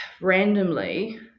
randomly